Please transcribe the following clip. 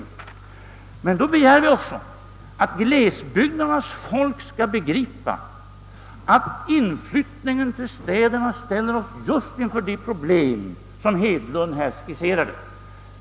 Då begär vi emellertid också att glesbygdernas folk skall förstå att inflyttningen till städerna ställer oss inför de problem som herr Hedlund skisserade.